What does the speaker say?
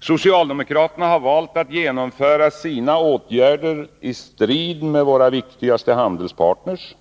Socialdemokraterna har valt att genomföra sina åtgärder i strid med våra viktigaste handelspartners.